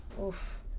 Oof